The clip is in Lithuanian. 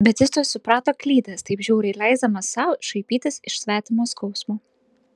bet jis tuoj suprato klydęs taip žiauriai leisdamas sau šaipytis iš svetimo skausmo